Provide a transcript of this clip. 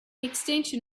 extension